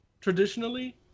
Traditionally